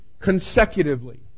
consecutively